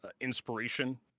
inspiration